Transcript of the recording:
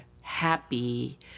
happy